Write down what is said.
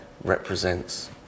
represents